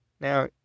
Now